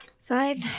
Fine